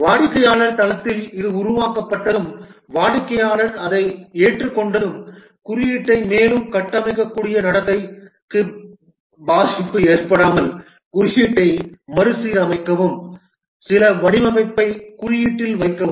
வாடிக்கையாளர் தளத்தில் இது உருவாக்கப்பட்டதும் வாடிக்கையாளர் அதை ஏற்றுக்கொண்டதும் குறியீட்டை மேலும் கட்டமைக்கக்கூடிய நடத்தைக்கு பாதிப்பு ஏற்படாமல் குறியீட்டை மறுசீரமைக்கவும் சில வடிவமைப்பை குறியீட்டில் வைக்கவும்